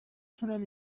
تونم